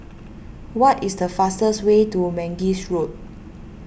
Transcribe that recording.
what is the fastest way to Mangis Road